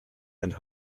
and